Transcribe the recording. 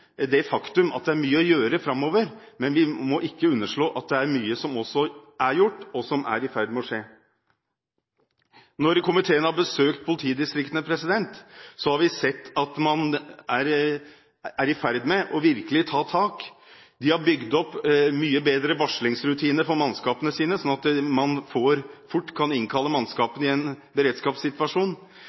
det faktum at det er mye å gjøre framover. Men vi må ikke underslå at det er mye som også er gjort, og som er i ferd med å skje. Når komiteen har besøkt politidistriktene, har vi sett at man er i ferd med virkelig å ta tak. De har bygget opp mye bedre varslingsrutiner for mannskapene sine, slik at man fort kan innkalle mannskapene i en beredskapssituasjon.